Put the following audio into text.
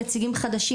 נציגים חדשים.